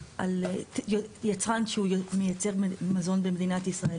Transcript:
יצרן שהוא מייצר מזון במדינת ישראל.